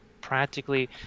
practically